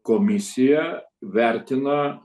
komisija vertina